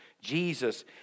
Jesus